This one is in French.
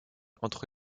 entre